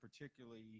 particularly